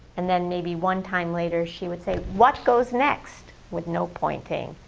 and then maybe one time later she would say, what goes next, with no pointing.